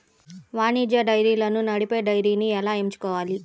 వాణిజ్య డైరీలను నడిపే డైరీని ఎలా ఎంచుకోవాలి?